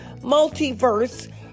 multiverse